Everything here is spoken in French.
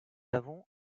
avons